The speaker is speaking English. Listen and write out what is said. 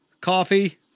coffee